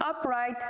upright